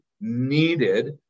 needed